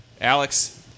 Alex